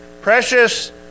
precious